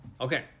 Okay